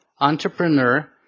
entrepreneur